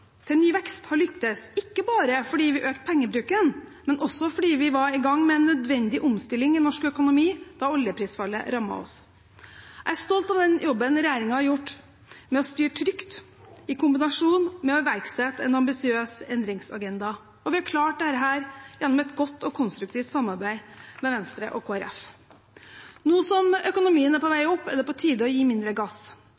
til ny vekst har lyktes, ikke bare fordi vi økte pengebruken, men også fordi vi var i gang med en nødvendig omstilling i norsk økonomi da oljeprisfallet rammet oss. Jeg er stolt av den jobben regjeringen har gjort med å styre trygt i kombinasjon med å iverksette en ambisiøs endringsagenda, og vi har klart dette gjennom et godt og konstruktivt samarbeid med Venstre og Kristelig Folkeparti. Nå som økonomien er på